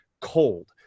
cold